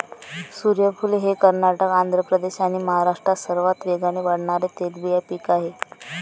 सूर्यफूल हे कर्नाटक, आंध्र प्रदेश आणि महाराष्ट्रात सर्वात वेगाने वाढणारे तेलबिया पीक आहे